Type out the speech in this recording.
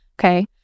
okay